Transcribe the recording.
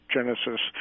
Genesis